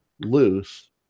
loose